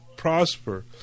prosper